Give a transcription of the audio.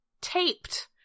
taped